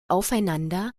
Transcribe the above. aufeinander